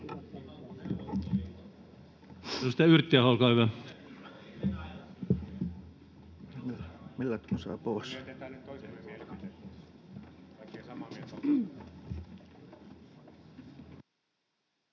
Yrttiaho, olkaa hyvä.